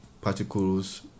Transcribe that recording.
particles